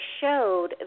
showed